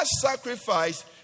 sacrifice